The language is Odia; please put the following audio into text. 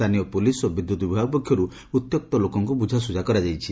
ସ୍ଚାନୀୟ ପୁଲିସ୍ ଓ ବିଦ୍ୟୁତ୍ ବିଭାଗ ପକ୍ଷରୁ ଉତ୍ତ୍ୟକ୍ତ ଲୋକଙ୍କୁ ବୁଝାସୁଝା କରାଯାଇଛି